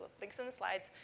fixing the slides.